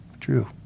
true